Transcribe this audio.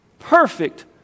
Perfect